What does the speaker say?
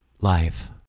Life